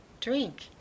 Drink